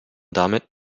damit